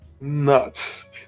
nuts